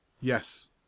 Yes